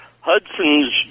Hudson's